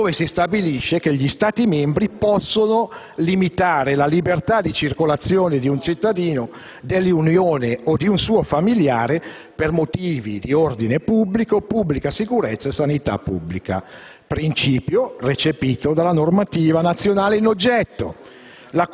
dove si stabilisce che gli Stati membri possono limitare la libertà di circolazione di un cittadino dell'Unione o di un suo familiare per motivi di ordine pubblico, pubblica sicurezza e sanità pubblica. È un principio recepito dalla normativa nazionale in oggetto,